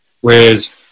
whereas